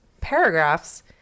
paragraphs